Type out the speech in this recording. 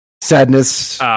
sadness